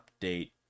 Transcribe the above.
update